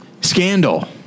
Scandal